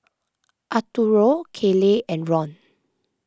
Arturo Kaley and Ron